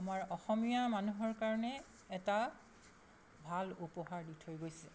আমাৰ অসমীয়া মানুহৰ কাৰণে এটা ভাল উপহাৰ দি থৈ গৈছে